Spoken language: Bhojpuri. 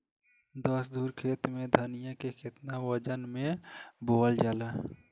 दस धुर खेत में धनिया के केतना वजन मे बोवल जाला?